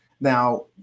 Now